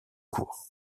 court